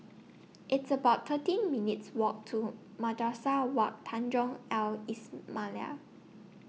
It's about thirteen minutes' Walk to Madrasah Wak Tanjong Al Islamiah